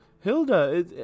Hilda